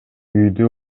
үйдү